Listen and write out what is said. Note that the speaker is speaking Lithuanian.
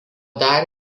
dar